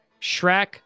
Shrek